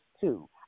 two